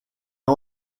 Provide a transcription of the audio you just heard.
est